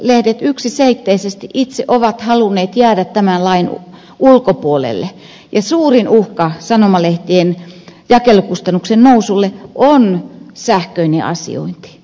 sanomalehdet yksiselitteisesti ovat itse halunneet jäädä tämän lain ulkopuolelle ja suurin uhka sanomalehtien jakelukustannusten nousulle on sähköinen asiointi